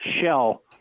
shell